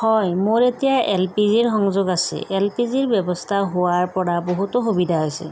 হয় মোৰ এতিয়া এল পি জিৰ সংযোগ আছে এল পি জিৰ ব্যৱস্থা হোৱাৰ পৰা বহুতো সুবিধা হৈছে